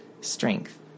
strength